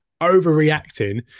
overreacting